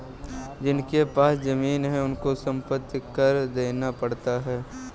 जिनके पास जमीने हैं उनको संपत्ति कर देना पड़ता है